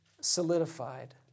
solidified